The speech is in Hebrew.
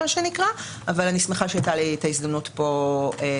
אבל אני שמחה שהייתה לי ההזדמנות פה להרחיב.